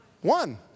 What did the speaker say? One